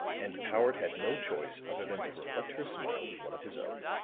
and powart had no choice other than to reflect her smile with one of his own,